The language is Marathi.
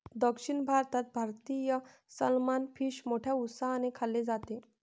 दक्षिण भारतात भारतीय सलमान फिश मोठ्या उत्साहाने खाल्ले जाते